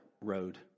road